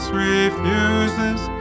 refuses